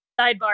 Sidebar